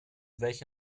welche